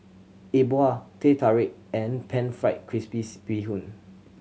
E Bua Teh Tarik and Pan Fried Crispy Bee Hoon